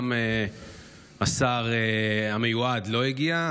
גם השר המיועד לא הגיע.